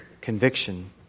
conviction